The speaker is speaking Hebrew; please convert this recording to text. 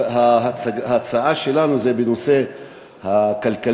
ההצעה שלנו היא בנושא הכלכלי,